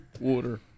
Water